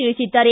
ತಿಳಿಸಿದ್ದಾರೆ